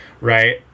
right